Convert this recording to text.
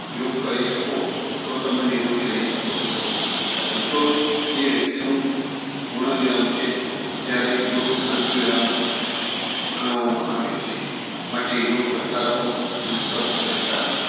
યોગ કરી શકો તો તમે નિરોગી રહી શકો છો સંતોષ એ વ્યક્તિનું પૂર્ણવિરામ છે જ્યારે યોગ અલ્પવિરામ ગણવામાં આવે છે માટે યોગ કરતા રહો અને સ્વસ્થ રહેતા રહો